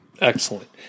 Excellent